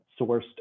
sourced